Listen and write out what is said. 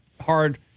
hard